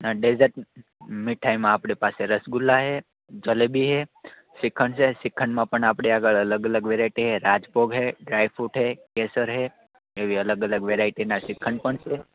dessert મીઠાઈમાં આપણી પાસે રસગુલ્લા છે જલેબી છે શ્રીખંડ છે શ્રીખંડમાં પણ આપણી આગળ અલગ અલગ વેરાયટી છે રાજભોગ છે ડ્રાયફ્રૂટ છે કેસર છે એવી અલગ અલગ વેરાયટીના શ્રીખંડ પણ છે